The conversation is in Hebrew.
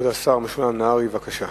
כבוד השר משולם נהרי, בבקשה.